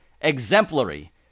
exemplary